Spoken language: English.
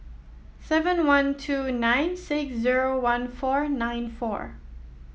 seven one two nine six zero one four nine four